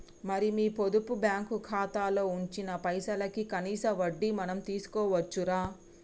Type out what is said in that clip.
మరి నీ పొదుపు బ్యాంకు ఖాతాలో ఉంచిన పైసలకి కనీస వడ్డీ మనం తీసుకోవచ్చు రా